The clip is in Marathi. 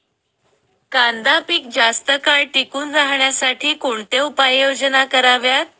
कांदा पीक जास्त काळ टिकून राहण्यासाठी कोणत्या उपाययोजना कराव्यात?